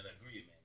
agreement